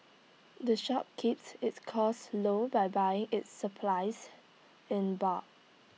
the shop keeps its costs low by buying its supplies in bulk